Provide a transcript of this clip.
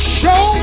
show